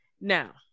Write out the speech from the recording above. Now